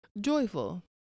Joyful